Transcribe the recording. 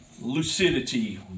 lucidity